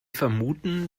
vermuten